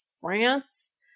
France